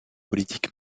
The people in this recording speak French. politique